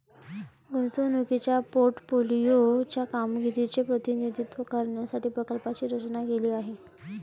गुंतवणुकीच्या पोर्टफोलिओ च्या कामगिरीचे प्रतिनिधित्व करण्यासाठी प्रकल्पाची रचना केली आहे